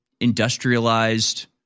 industrialized